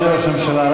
אדוני ראש הממשלה,